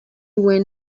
when